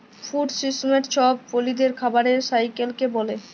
food system ছব প্রালিদের খাবারের সাইকেলকে ব্যলে